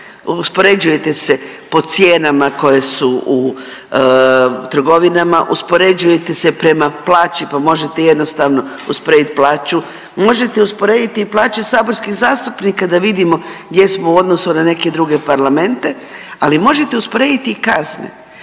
uspoređujete se po cijenama koje su u trgovinama, uspoređujete se prema plaći, pa možete jednostavno usporediti plaću, možete usporediti i plaće saborskih zastupnika da vidimo gdje smo u odnosu na neke druge parlamente. Ali možete usporediti i kazne